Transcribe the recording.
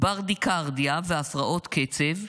ברדיקרדיה והפרעות קצב,